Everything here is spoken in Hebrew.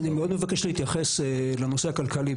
אני מבקש מאוד להתייחס לנושא הכלכלי,